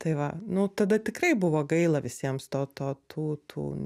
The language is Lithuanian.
tai va nu tada tikrai buvo gaila visiems to to tų tų